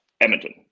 Edmonton